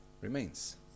remains